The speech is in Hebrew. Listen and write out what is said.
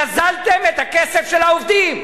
גזלתם את הכסף של העובדים.